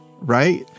right